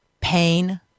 pain